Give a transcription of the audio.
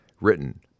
Written